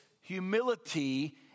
humility